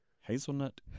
hazelnut